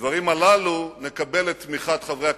לדברים הללו נקבל את תמיכת חברי הכנסת,